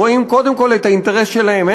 רואים קודם כול את האינטרס שלהם,